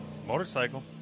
Motorcycle